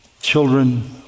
children